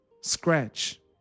scratch